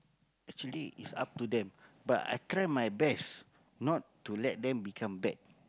actually it's up to them but I try my best not to let them become bad